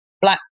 black